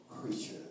creature